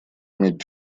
иметь